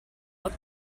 look